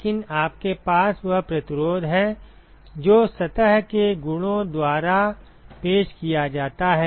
लेकिन आपके पास वह प्रतिरोध है जो सतह के गुणों द्वारा पेश किया जाता है